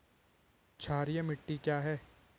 क्षारीय मिट्टी क्या है?